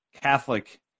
Catholic